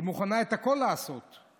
היא מוכנה לעשות הכול,